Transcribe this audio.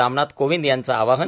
रामनाथ कोविंद यांचं आवाहन